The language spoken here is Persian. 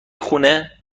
خونه